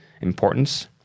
importance